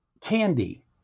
candy